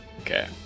Okay